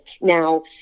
now